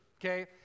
okay